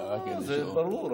לא, זה ברור.